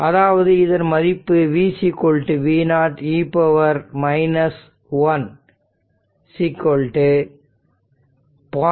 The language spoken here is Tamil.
அதாவது இதன் மதிப்பு V v0 e 1 0